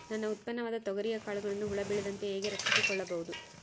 ನನ್ನ ಉತ್ಪನ್ನವಾದ ತೊಗರಿಯ ಕಾಳುಗಳನ್ನು ಹುಳ ಬೇಳದಂತೆ ಹೇಗೆ ರಕ್ಷಿಸಿಕೊಳ್ಳಬಹುದು?